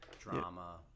Drama